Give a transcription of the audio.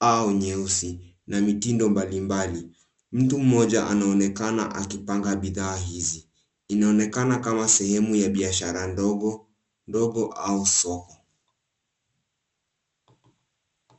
au nyeusi na mitindo mbali mbali. Mtu mmoja anaonekana akipanga bidhaa hizi. Inaonekana kama sehemu ya biashara ndogo ndogo au soko.